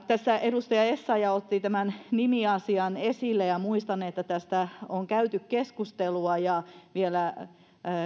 tässä edustaja essayah otti tämän nimiasian esille ja muistan että tästä on käyty keskustelua ja vielä